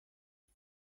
die